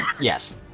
Yes